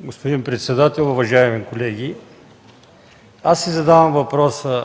Господин председател, уважаеми колеги! Аз си задавам въпроса, на